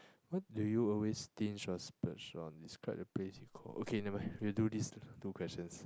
what do you always stinge or splurge on describe a place you okay never mind we'll do these two questions